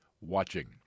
watching